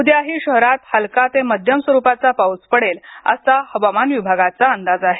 उद्याही शहरात हलका ते मध्यम स्वरूपाचा पाऊस पडेल असा हवामान विभागाचा अंदाज आहे